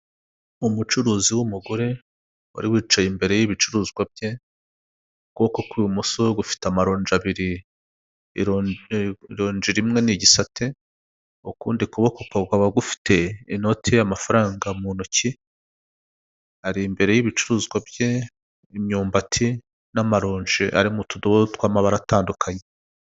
Umucuruzi w'umugore wariwicaye imbere y'ibicuruzwa bye ukuboko ku ibumoso gufite amaronji abiri ironji rimwe n'igisate ukundi kuboko kukaba gufite inote y'amafaranga mu ntoki ari imbere y'ibicuruzwa bye imyumbati n'amaronje ari mu tudobo tw'amabara atandukanye.